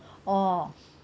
oh